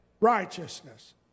righteousness